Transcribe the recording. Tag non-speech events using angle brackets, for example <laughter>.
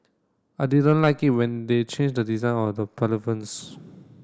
I didn't like it when they changed the design of the <unintelligible>